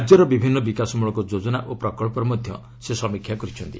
ରାଜ୍ୟର ବିଭିନ୍ନ ବିକାଶମଳକ ଯୋଜନା ଓ ପ୍ରକଳ୍ପର ମଧ୍ୟ ସେ ସମୀକ୍ଷା କରିଛନ୍ତି